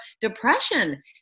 depression